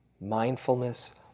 mindfulness